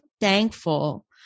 thankful